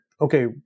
okay